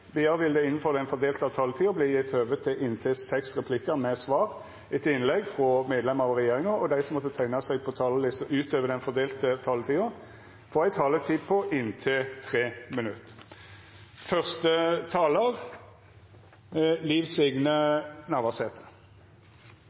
Vidare vil det – innanfor den fordelte taletida – verta gjeve høve til inntil fem replikkar med svar etter innlegg frå medlemer av regjeringa. Og dei som måtte teikna seg på talarlista utover den fordelte taletida, får ei taletid på inntil 3 minutt.